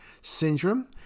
syndrome